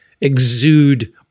exude